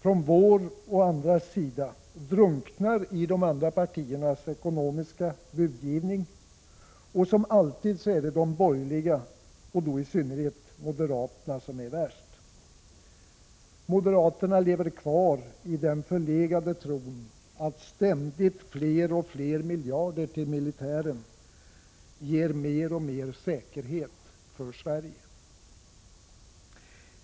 från vår och från andras sida, drunknar i de andra partiernas ekonomiska budgivning — och som alltid är de borgerliga, och då i synnerhet moderaterna, värst. Moderaterna lever kvar i den förlegade tron att ständigt fler och fler miljarder till militären ger mer och mer säkerhet för Sverige.